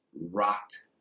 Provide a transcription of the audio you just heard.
rocked